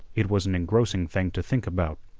it was an engrossing thing to think about.